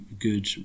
good